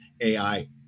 AI